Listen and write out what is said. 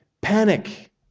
panic